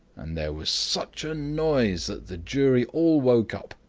and there was such a noise that the jury all woke up,